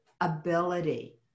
ability